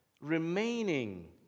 Remaining